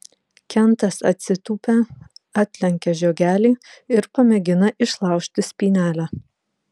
kentas atsitūpia atlenkia žiogelį ir pamėgina išlaužti spynelę